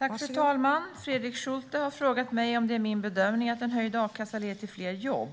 Fru talman! Fredrik Schulte har frågat mig om det är min bedömning att en höjd a-kassa leder till fler jobb.